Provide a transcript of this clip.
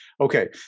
Okay